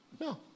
No